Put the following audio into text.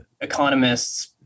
economists